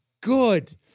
good